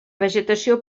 vegetació